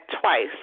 twice